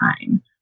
time